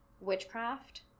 witchcraft